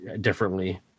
differently